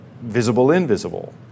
visible-invisible